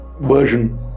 version